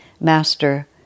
Master